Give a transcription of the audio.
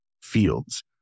fields